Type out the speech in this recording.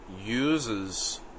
uses